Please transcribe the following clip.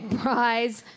prize